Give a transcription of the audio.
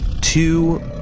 two